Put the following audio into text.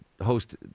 host